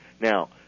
Now